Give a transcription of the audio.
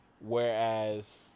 whereas